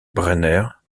brenner